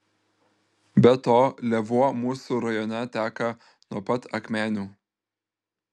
be to lėvuo mūsų rajone teka nuo pat akmenių